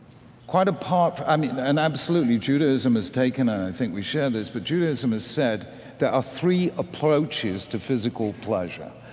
quite apart and i mean, and absolutely, judaism has taken i think we share this, but judaism has said there are three approaches to physical pleasure.